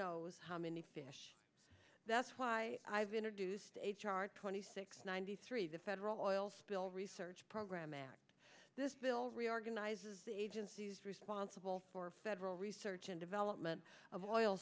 knows how many fish that's why i've introduced h r twenty six ninety three the federal i will spill research program act this bill reorganizes the agencies responsible for federal research and development of oil